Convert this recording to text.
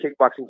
kickboxing